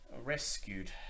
rescued